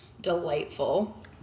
delightful